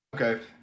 Okay